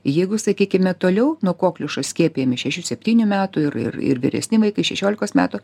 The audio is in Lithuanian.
jeigu sakykime toliau nuo kokliušo skiepijami šešių septynių metų ir ir ir vyresni šešiolikos metų